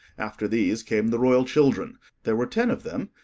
after these came the royal children there were ten of them,